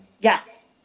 Yes